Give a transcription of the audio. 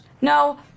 No